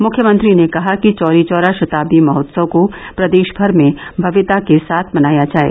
मुख्यमंत्री ने कहा कि चौरीचौरा शताब्दी महोत्सव को प्रदेशभर में भव्यता के साथ मनाया जाये